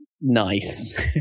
nice